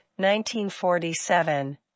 1947